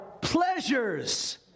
pleasures